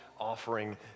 offering